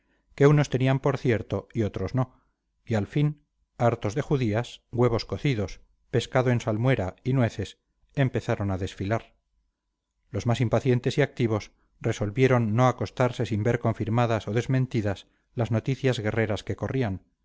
que unos tenían por cierto y otros no y al fin hartos de judías huevos cocidos pescado en salmuera y nueces empezaron a desfilar los más impacientes y activos resolvieron no acostarse sin ver confirmadas o desmentidas las noticias guerreras que corrían